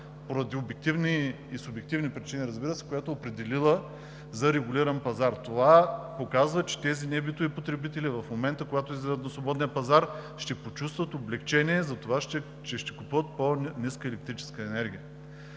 поради обективни и субективни причини, разбира се, за регулирания пазар. Това показва, че тези небитови потребители в момента, когато излизат на свободния пазар, ще почувстват облекчение, че ще купуват по-ниска електрическа енергия.